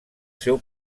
seu